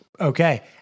okay